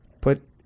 put